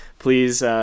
Please